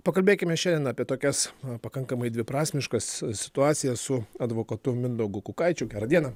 pakalbėkime šiandien apie tokias pakankamai dviprasmiškas situacijas su advokatu mindaugu kukaičiu gerą dieną